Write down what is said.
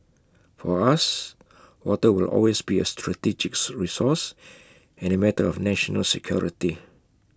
for us water will always be A strategic resource and A matter of national security